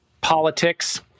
politics